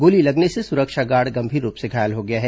गोली लगने से सुरक्षा गार्ड गंमीर रूप से घायल हो गया है